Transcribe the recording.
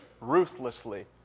Ruthlessly